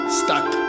stuck